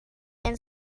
and